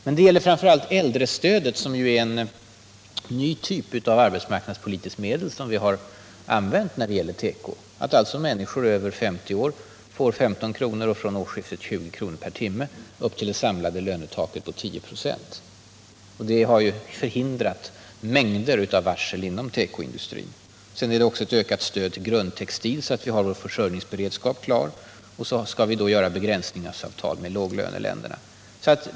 Men det gäller framför allt äldrestödet, som ju är en ny typ av arbetsmarknadspolitiskt medel och som vi använt när det gäller teko. Det innebär att människor över 50 år nu får 15 kr. — och från årsskiftet 20 kr. — per timme upp till det samlade lönetaket på 10 26. Det har förhindrat mängder av varsel inom tekoindustrin. Vidare ges ett ökat stöd till grundtextil för att klara vår försörjningsberedskap. Härtill kommer att vi skall träffa begränsningsavtal med låglöneländerna.